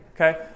Okay